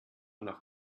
nach